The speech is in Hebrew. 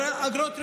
אגרות רישוי.